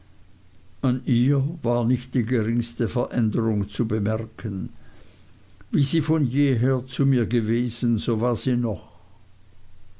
ihr war nicht die geringste veränderung zu bemerken wie sie von jeher zu mir gewesen so war sie noch